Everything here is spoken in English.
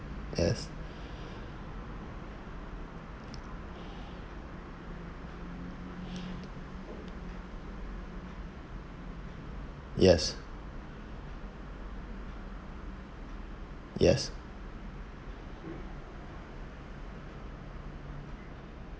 yes yes yes